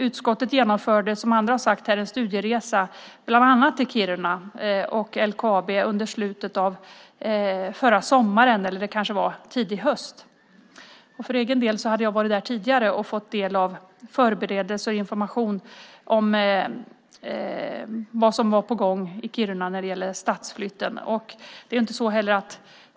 Utskottet genomförde en studieresa bland annat till Kiruna och LKAB i slutet av förra sommaren. För egen del hade jag varit där tidigare och fått del av förberedelse och information om vad som var på gång när det gäller stadsflytten.